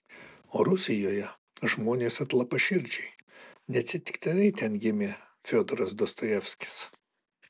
o rusijoje žmonės atlapaširdžiai neatsitiktinai ten gimė fiodoras dostojevskis